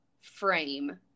frame